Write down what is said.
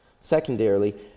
Secondarily